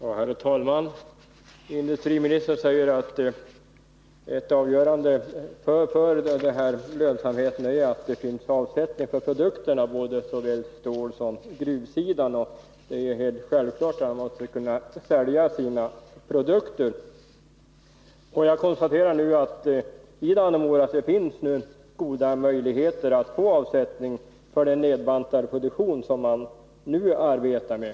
Herr talman! Industriministern säger att avgörande för lönsamheten bl.a. är att det finns avsättning för produkterna på såväl stålsom gruvsidan. Ja, det är helt klart att man måste kunna sälja sina produkter. Jag konstaterar att det i Dannemora finns goda möjligheter att få avsättning för den nedbantade produktion som man nu arbetar med.